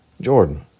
Jordan